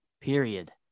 period